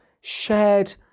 shared